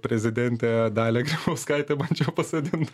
prezidentę dalią grybauskaitę bandžiau pasodint